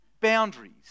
boundaries